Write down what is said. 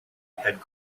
had